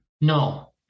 No